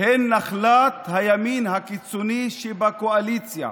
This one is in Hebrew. הם נחלת הימין הקיצוני שבקואליציה